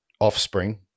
offspring